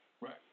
Right